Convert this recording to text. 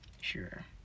sure